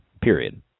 period